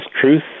truth